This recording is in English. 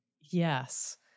Yes